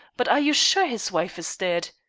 but are you sure his wife is dead?